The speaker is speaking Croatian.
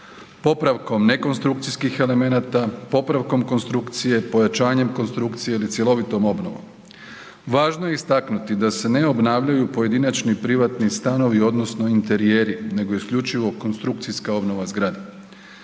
popravkom ne konstrukcijskih elemenata, popravkom konstrukcije, pojačanjem konstrukcije ili cjelovitom obnovom. Važno je istaknuti da se ne obnavljaju pojedinačni privatni stanovi odnosno interijeri nego isključivo konstrukcijska obnova zgrade.